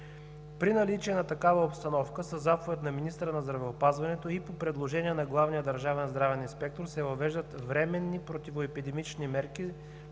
При наличие на такава обстановка със заповед на министъра на здравеопазването и по предложение на главния държавен здравен инспектор се въвеждат временни противоепидемични мерки